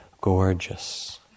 gorgeous